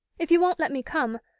if you won't let me come,